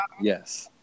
yes